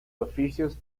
oficios